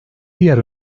diğer